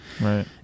right